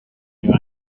new